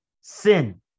sin